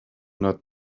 not